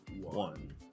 one